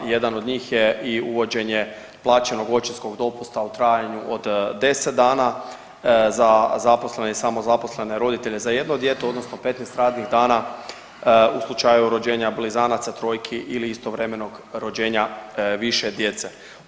Jedan od njih je i uvođenje plaćenog očinskog dopusta u trajanju od 10 dana za zaposlene i samozaposlene roditelje za jedno dijete odnosno 15 radnih dana u slučaju rođenja blizanaca, trojki ili istovremenog rođenja više djece.